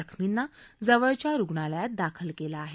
जखमींना जवळच्या रुग्णालयात दाखल केलं आहे